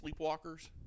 Sleepwalkers